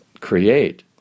create